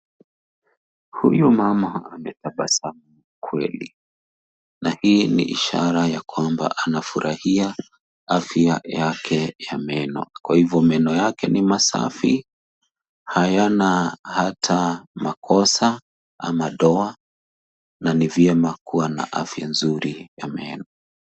Huyu mama ametabasamu kweli. Na hii ni ishara ya kwamba anafurahia afya yake ya meno. Kwa hivyo meno yake ni masafi, hayana hata makosa ama doa na ni vyema kuwa na afya nzuri ya meno.